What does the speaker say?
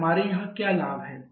अब हमारे यहाँ क्या लाभ है